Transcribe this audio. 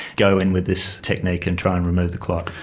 go in with this technique and try and remove the clot.